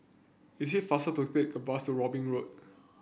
it is faster to take the bus Robin Road